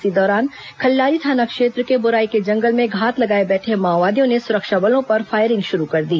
इसी दौरान खल्लारी थाना क्षेत्र के बोराई के जंगल में घात लगाए बैठे माओवादियों ने सुरक्षा बलों पर फायरिंग शुरू कर दी